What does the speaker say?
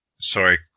sorry